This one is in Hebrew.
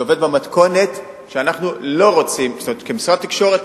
זה עובד במתכונת שאנחנו לא רוצים אותה,